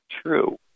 true